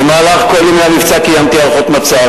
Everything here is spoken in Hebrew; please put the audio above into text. במהלך כל ימי המבצע קיימתי הערכות מצב,